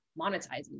monetizing